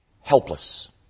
helpless